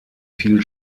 viel